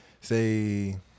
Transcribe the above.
say